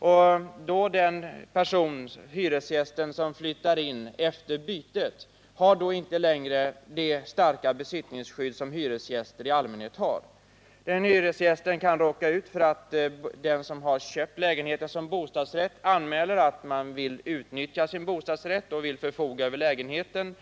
har nämligen inte den hyresgäst som flyttarin efter bytet samma starka besittningsskydd som hyresgäster i allmänhet har. Den hyresgästen kan råka ut för att den som köpt lägenheten som bostadsrätt anmäler att han vill utnyttja sin bostadsrätt och förfoga över lägenheten.